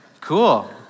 cool